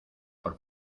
por